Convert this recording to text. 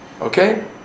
Okay